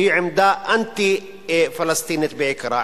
שהיא עמדה אנטי-פלסטינית בעיקרה.